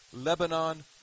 Lebanon